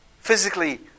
physically